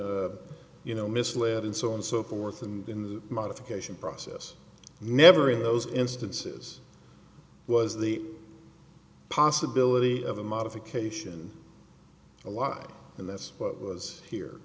been you know misled and so and so forth and in the modification process never in those instances was the possibility of a modification a lot and that's what was here